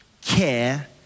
care